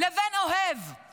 בין אוהב לבין אויב.